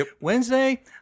Wednesday